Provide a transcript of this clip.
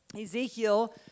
Ezekiel